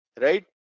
right